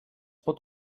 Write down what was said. pot